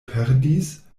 perdis